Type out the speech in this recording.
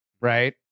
right